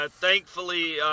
thankfully